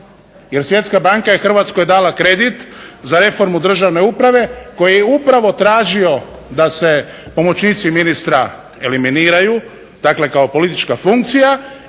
jer Svjetska banka je Hrvatskoj dala kredit za reformu državne uprave koji je upravo tražio da se pomoćnici ministra eliminiraju dakle kao politička funkcija